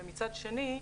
ומצד שני,